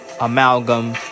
Amalgam